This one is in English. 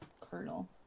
Colonel